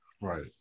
Right